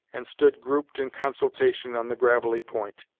and stood grouped in consultation on the gravelly point.